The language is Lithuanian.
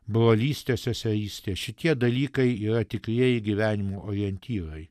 brolystė seserystė šitie dalykai yra tikrieji gyvenimo orientyrai